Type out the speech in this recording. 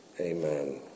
Amen